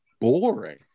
boring